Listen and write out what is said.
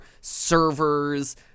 servers